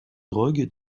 drogue